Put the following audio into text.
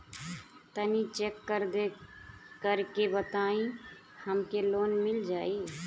तनि चेक कर के बताई हम के लोन मिल जाई?